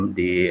di